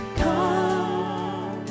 come